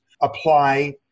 apply